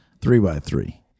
three-by-three